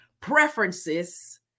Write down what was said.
preferences